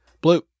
Blue